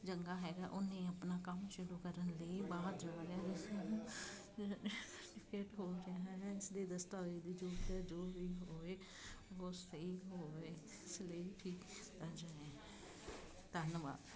ਹੈਗਾ ਉਹਨੇ ਆਪਣਾ ਕੰਮ ਸ਼ੁਰੂ ਕਰਨ ਲਈ ਬਾਹਰ ਜਾਣ ਦੀ ਇਸ ਲਈ ਦਸਤਾਵੇਜ ਦੀ ਦੀ ਜੋ ਵੀ ਹੋਵੇ ਇਸ ਲਈ ਹੋਵੇ ਧੰਨਵਾਦ